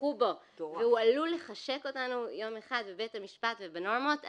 יתמכו בו והוא עלול לחשק אותנו יום אחד בבית המשפט ובנורמות,